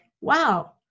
wow